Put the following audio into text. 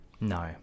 No